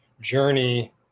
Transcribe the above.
journey